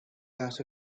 that